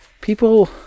People